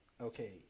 okay